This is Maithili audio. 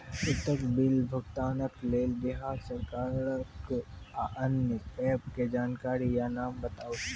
उक्त बिलक भुगतानक लेल बिहार सरकारक आअन्य एप के जानकारी या नाम बताऊ?